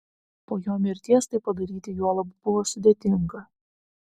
po jo mirties tai padaryti juolab buvo sudėtinga